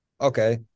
okay